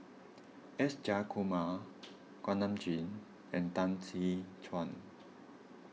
S Jayakumar Kuak Nam Jin and Tan See Chuan